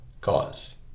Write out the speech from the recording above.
cause